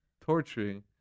torturing